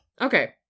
Okay